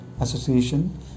association